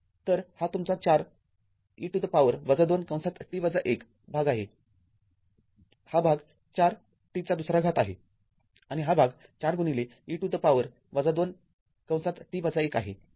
तर हा तुमचा ४ e to the power २t १ भाग आहे हा भाग ४t२ आहे आणि हा भाग ४ e to the power २t १ आहे